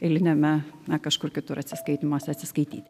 eiliniame na kažkur kitur atsiskaitymuose atsiskaityti